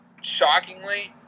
shockingly